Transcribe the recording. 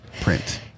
print